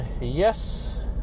Yes